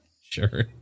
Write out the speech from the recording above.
Sure